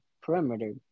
perimeter